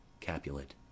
Capulet